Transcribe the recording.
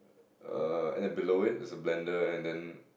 uh and then below it there's a blender and then